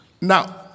Now